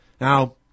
Now